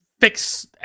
fix